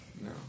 No